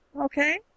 Okay